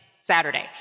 Saturday